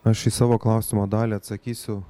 aš į savo klausimo dalį atsakysiu